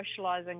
socialising